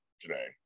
today